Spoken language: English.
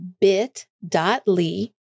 bit.ly